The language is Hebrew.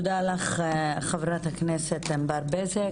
תודה לך חברת הכנסת ענבר בזק.